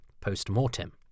post-mortem